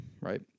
right